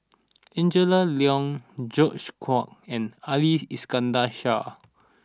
Angela Liong George Quek and Ali Iskandar Shah